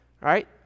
right